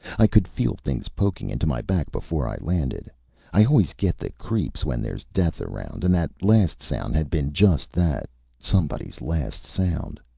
i could feel things poking into my back before i landed i always get the creeps when there's death around, and that last sound had been just that somebody's last sound.